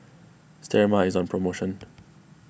Sterimar is on promotion